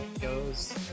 goes